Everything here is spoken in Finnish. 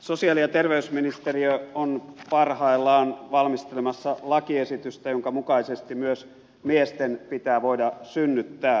sosiaali ja terveysministeriö on parhaillaan valmistelemassa lakiesitystä jonka mukaisesti myös miesten pitää voida synnyttää